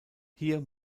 hier